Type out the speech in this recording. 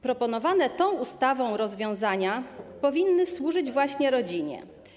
Proponowane w tej ustawie rozwiązania powinny służyć właśnie rodzinie.